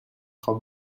خوام